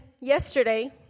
yesterday